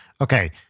Okay